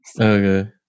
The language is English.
Okay